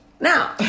Now